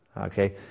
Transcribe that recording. okay